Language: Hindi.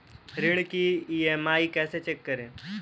ऋण की ई.एम.आई कैसे चेक करें?